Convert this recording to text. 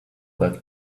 that